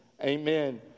Amen